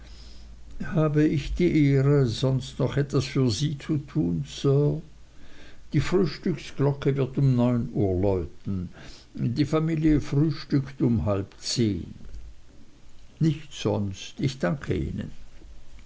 habe ich die ehre sonst noch etwas für sie zu tun sir die frühstücksglocke wird um neun uhr läuten die familie frühstückt um halb zehn nichts sonst ich danke ihnen